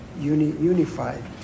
unified